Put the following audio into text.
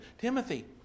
Timothy